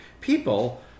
people